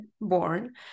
born